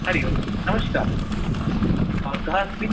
हरिः ओं नमस्कारः कः अस्ति